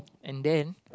and then